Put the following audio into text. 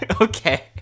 Okay